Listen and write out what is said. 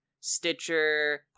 Stitcher